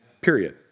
period